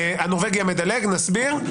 "הנורבגי המדלג" נסביר.